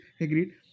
Agreed